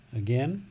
again